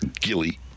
Gilly